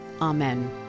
amen